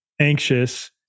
anxious